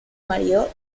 marido